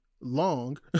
long